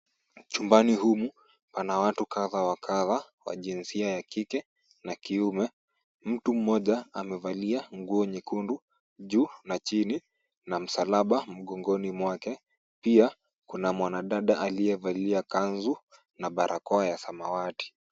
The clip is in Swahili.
Chumbani humu pana watu kadha wa kadha wa jinsia ya kike na kiume. Mtu mmoja amevalia nguo nyekundu juu na chini na msalaba mgongoni mwake. Pia kuna mwanadada aliyevalia kanzu na barakoa ya samawati.